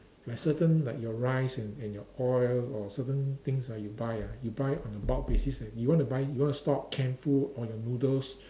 like certain like your rice and and your oil or certain things ah you buy ah you buy on a bulk basis and you want to buy you want to stock canned food or your noodles